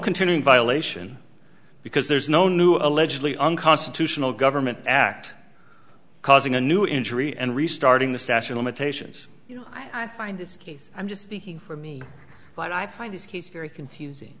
continuing violation because there is no new allegedly unconstitutional government act causing a new injury and restarting the statute limitations you know i'm fine i'm just speaking for me but i find this case very confusing